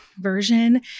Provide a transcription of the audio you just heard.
version